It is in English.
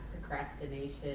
procrastination